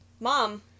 mom